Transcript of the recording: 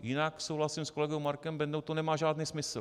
Jinak, souhlasím s kolegou Markem Bendou, to nemá žádný smysl.